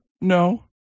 No